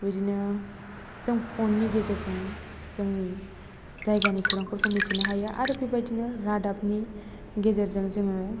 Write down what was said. बिदिनो जों फननि गेजेरजों जोंनि जायगानि खौरांफोरखौ मिथिनो हायो आरो बे बायदिनो रादाबनि गेजेरजों जोङो